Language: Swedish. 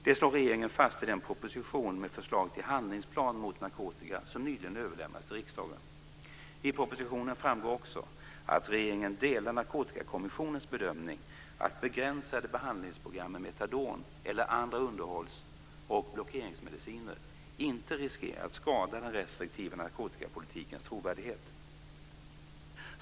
Det slår regeringen fast i den proposition med förslag till handlingsplan mot narkotika som nyligen överlämnades till riksdagen. I propositionen framgår också att regeringen delar Narkotikakommissionens bedömning att begränsade behandlingsprogram med metadon eller andra underhålls eller blockeringsmediciner inte riskerar att skada den restriktiva narkotikapolitikens trovärdighet.